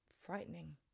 frightening